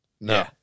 No